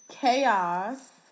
Chaos